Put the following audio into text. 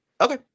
Okay